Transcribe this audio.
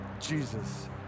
Jesus